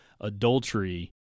adultery